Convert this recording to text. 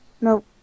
Nope